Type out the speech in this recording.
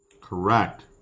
Correct